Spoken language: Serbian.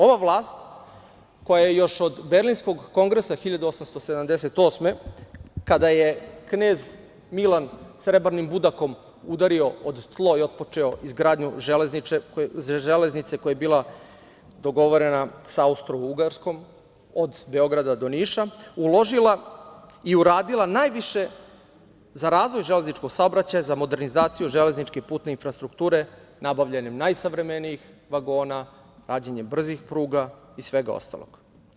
Ova vlast koja još od Berlinskog kongresa i 1878. godine, kada je knez Milan srebrnim budakom udario o tlo i otpočeo izgradnju železnice koja je bila dogovorena sa Austrougarskom od Beograda do Niša, uložila je i uradila najviše za razvoj železničkog saobraćaja, za modernizaciju železničke i putne infrastrukture, nabavljanjem najsavremenijih vagona, građenjem brzih pruga i svega ostalog.